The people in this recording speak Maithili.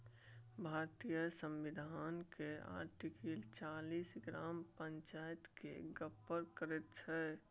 भारतीय संविधान केर आर्टिकल चालीस ग्राम पंचायत केर गप्प करैत छै